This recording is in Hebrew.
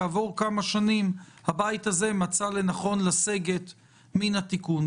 כעבור כמה שנים הבית הזה מצא לנכון לסגת מן התיקון.